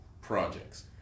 projects